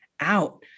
out